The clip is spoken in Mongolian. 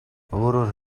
өөрөөр